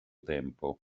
tempo